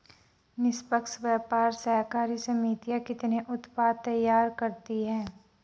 निष्पक्ष व्यापार सहकारी समितियां कितने उत्पाद तैयार करती हैं?